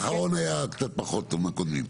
האחרון היה קצת פחות טוב מהקודמים.